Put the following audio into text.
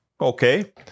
okay